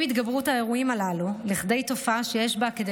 עם התגברות האירועים הללו לכדי תופעה שיש בה כדי